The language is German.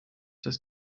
dass